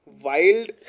Wild